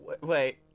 wait